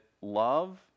love